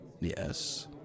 Yes